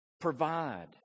provide